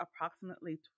approximately